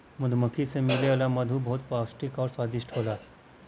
मधुमक्खी से मिले वाला मधु बहुते पौष्टिक आउर स्वादिष्ट होला